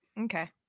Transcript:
Okay